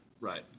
Right